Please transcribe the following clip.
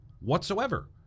whatsoever